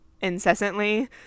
incessantly